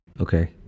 Okay